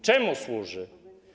Czemu służy?